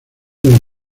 del